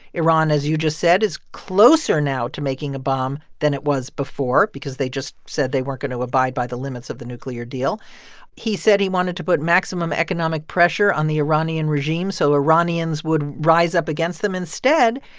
iran, as you just said, is closer now to making a bomb than it was before because they just said they weren't going to abide by the limits of the nuclear deal he said he wanted to put maximum economic pressure on the iranian regime so iranians would rise up against them. instead,